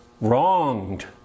Wronged